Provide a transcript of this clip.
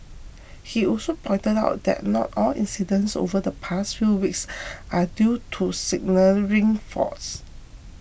he also pointed out that not all incidents over the past few weeks are due to signalling faults